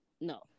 No